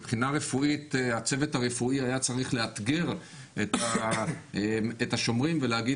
הצוות הרפואי היה צריך לאתגר את השומרים ולהגיד,